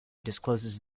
discloses